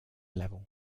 level